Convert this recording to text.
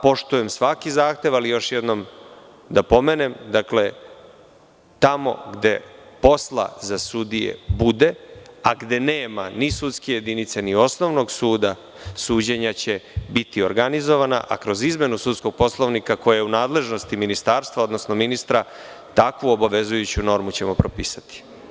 Poštujem svaki zahtev, ali još jednom da pomenem, tamo gde posla za sudije bude, a gde nema ni sudske jedinice ni osnovnog suda, suđenja će biti organizovana, a kroz izmenu sudskog poslovnika, koje je u nadležnosti ministarstva, odnosno ministra, takvu obavezujuću normu ćemo propisati.